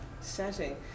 setting